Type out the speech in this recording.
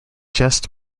just